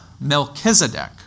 Melchizedek